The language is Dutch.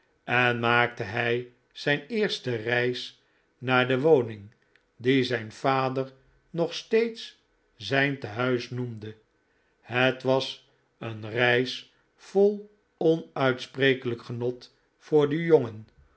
en maakte hij zijn eerste reis naar de woning die zijn vader nog steeds zijn tehuis noemde het was een reis vol onuitsprekelijk genot voor den jongen